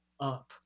up